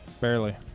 Barely